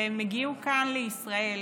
והם הגיעו כאן, לישראל,